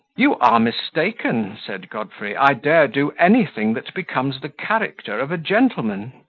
you are mistaken, said godfrey i dare do anything that becomes the character of a gentleman.